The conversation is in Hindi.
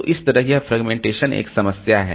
तो इस तरह यह फ्रेगमेंटेशन एक समस्या है